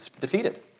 defeated